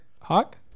hawk